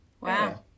Wow